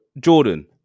Jordan